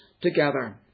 together